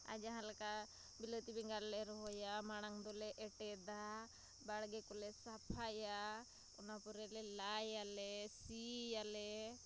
ᱟᱨ ᱡᱟᱦᱟᱸᱞᱮᱠᱟ ᱵᱤᱞᱟᱹᱛᱤ ᱵᱮᱸᱜᱟᱲᱞᱮ ᱨᱚᱦᱚᱭᱟ ᱢᱟᱲᱟᱝᱫᱚᱞᱮ ᱮᱴᱮᱫᱟ ᱵᱟᱲᱜᱮᱠᱚᱞᱮ ᱥᱟᱯᱷᱟᱭᱟ ᱛᱟᱯᱚᱨᱮᱞᱮ ᱞᱟᱭᱟᱞᱮ ᱥᱤᱭᱟᱞᱮ